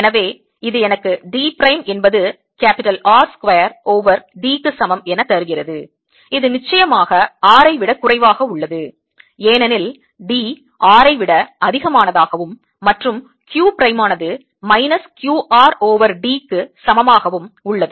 எனவே இது எனக்கு d பிரைம் என்பது R ஸ்கொயர் ஓவர் d க்கு சமம் என தருகிறது இது நிச்சயமாக R ஐ விட குறைவாக உள்ளது ஏனெனில் d R ஐ விட அதிகமாகவும் மற்றும் q பிரைமானது minus q R over d க்கு சமமாகவும் உள்ளது